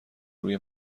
روی